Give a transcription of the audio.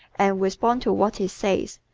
and respond to what he says.